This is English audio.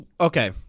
okay